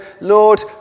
Lord